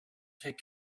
take